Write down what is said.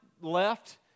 left